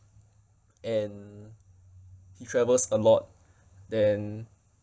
and he travels a lot then